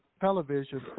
television